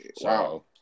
Wow